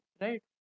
right